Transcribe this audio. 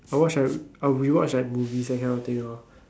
I watch r~ I rewatch like movies that kind of thing lor